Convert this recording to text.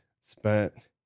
spent